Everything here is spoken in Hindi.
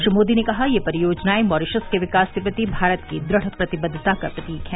श्री मोदी ने कहा ये परियोजनाएं मॉरिशस के विकास के प्रति भारत की दु ढ़ प्रतिबद्वता का प्रतीक हैं